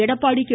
Edappadi K